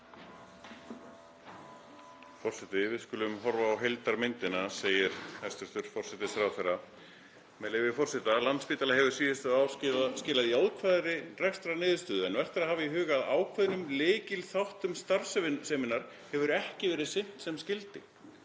Forseti. Við skulum horfa á heildarmyndina, segir hæstv. forsætisráðherra. Með leyfi forseta: „Landspítali hefur síðustu ár skilað jákvæðri rekstrarniðurstöðu en vert er að hafa í huga að ákveðnum lykilþáttum starfseminnar hefur ekki verið sinnt sem skyldi.“